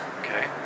Okay